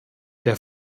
der